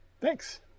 Thanks